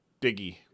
Diggy